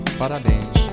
parabéns